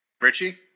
Richie